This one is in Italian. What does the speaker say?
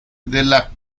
della